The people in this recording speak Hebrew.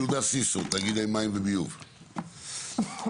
יהודה סיסו, תאגידי מים וביוב, בבקשה.